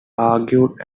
argued